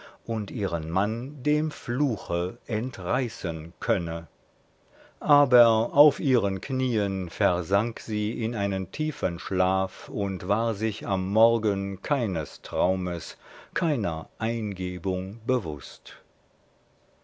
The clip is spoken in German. und ihren mann dem fluche entreißen könne aber auf ihren knieen versank sie in einen tiefen schlaf und war sich am morgen keines traumes keiner eingebung bewußt